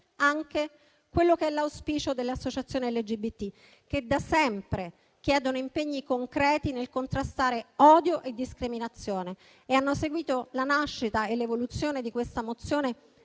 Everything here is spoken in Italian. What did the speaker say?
anche l'auspicio delle associazioni LGBT, che da sempre chiedono impegni concreti nel contrastare odio e discriminazione e hanno seguito la nascita e l'evoluzione di questa mozione